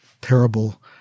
terrible